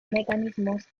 mecanismos